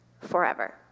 forever